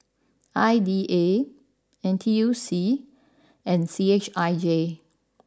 I D A N T U C and C H I J